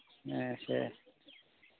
ᱥᱮ